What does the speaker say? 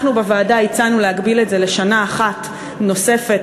אנחנו בוועדה הצענו להגביל את זה לשנה אחת נוספת